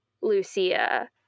lucia